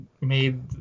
made